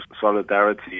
solidarity